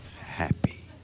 happy